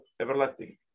everlasting